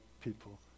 people